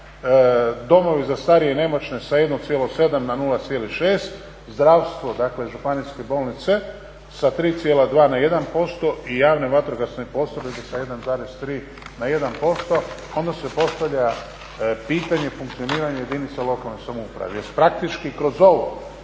domovi za starije i nemoćne sa 1,7 na 0,6%, zdravstvo dakle županijske bolnice sa 3,2 na 1% i javne vatrogasne postrojbe sa 1,3 na 1% onda se postavlja pitanje funkcioniranja jedinica lokalne samouprave. Jer praktički kroz ovo